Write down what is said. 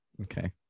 Okay